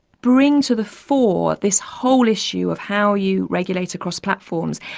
bring to the fore this whole issue of how you regulate across platforms.